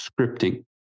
scripting